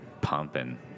pumping